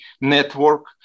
network